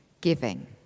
giving